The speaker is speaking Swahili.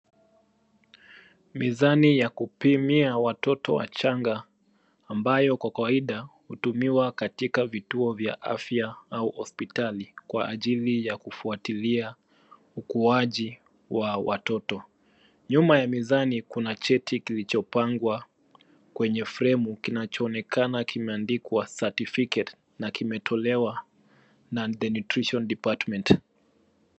Mizani ya kupimia watoto wachanga ambayo kwa kawaida hutumiwa katika vituo vya afya au hospitali kwa ajili ya kufuatilia ukuaji wa watoto. Nyuma ya mizani kuna cheti kilichopangwa kwenye fremu kinachoonekana kimeandikwa certificate na kimetolewa na the nutrition department .